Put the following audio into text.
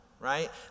right